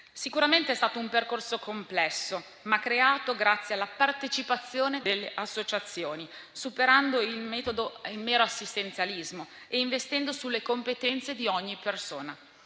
sicuramente di un percorso complesso, creato grazie alla partecipazione delle associazioni, superando il mero assistenzialismo e investendo sulle competenze di ogni persona.